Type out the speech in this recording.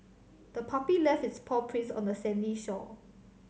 the puppy left its paw prints on the sandy shore